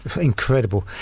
incredible